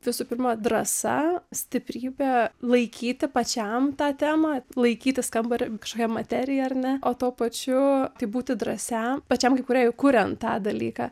visų pirma drąsa stiprybė laikyti pačiam tą temą laikytis kambario kažkokią materiją ar ne o tuo pačiu tai būti drąsiam pačiam kūrėjui kuriant tą dalyką